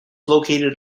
located